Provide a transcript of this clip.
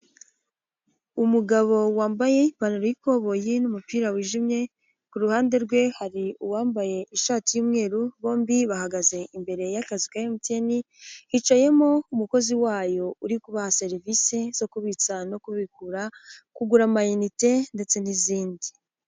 Umugabo wambaye ipantaro y'ikoboye n'umupira wijimye, ku ruhande rwe hari uwambaye ishati y'umweru bombi bahagaze imbere y'akazu ka emutiyeni, hicayemo umukozi wayo uri kubaha serivisi zo kubitsa no kubikura, kugura amayinite ndetse n'izindi.